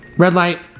red light.